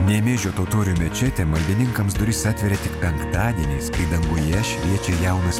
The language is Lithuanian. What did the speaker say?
nemėžio totorių mečetė maldininkams duris atveria tik penktadieniais kai danguje šviečia jaunas